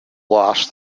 lost